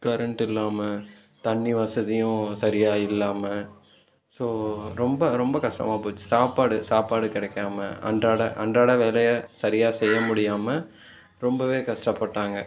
current இல்லாமல் தண்ணி வசதியும் சரியாக இல்லாமல் ஸோ ரொம்ப ரொம்ப கஷ்டமாக போச்சு சாப்பாடு சாப்பாடு கிடைக்காம அன்றாட அன்றாட வேலையை சரியாக செய்ய முடியாமல் ரொம்பவே கஷ்டப்பட்டாங்கள்